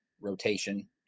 rotation